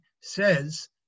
says